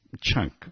chunk